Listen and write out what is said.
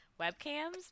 webcams